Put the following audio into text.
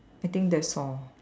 I think that's all